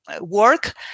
work